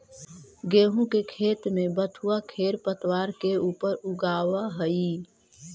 गेहूँ के खेत में बथुआ खेरपतवार के ऊपर उगआवऽ हई